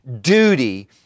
duty